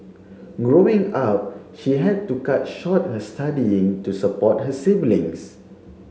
growing up she had to cut short her studying to support her siblings